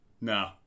No